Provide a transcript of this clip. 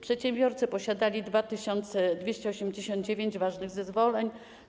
Przedsiębiorcy posiadali 2289 ważnych zezwoleń.